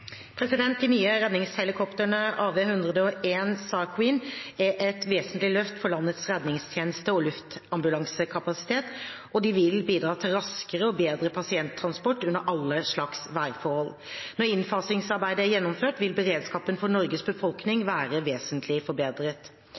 De nye redningshelikoptrene AW101, «SAR Queen», er et vesentlig løft for landets redningstjeneste og luftambulansekapasitet, og de vil bidra til raskere og bedre pasienttransport under alle slags værforhold. Når innfasingsarbeidet er gjennomført, vil beredskapen for Norges befolkning være vesentlig forbedret.